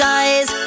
eyes